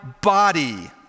body